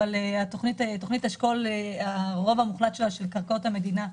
אבל הרוב המוחלט של תוכנית אשכול של קרקעות המדינה שווק.